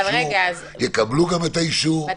גם יקבלו את האישור.